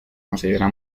considera